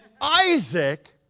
Isaac